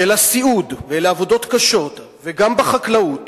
של הסיעוד, ואלה עבודות קשות, וגם בחקלאות